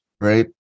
right